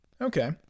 Okay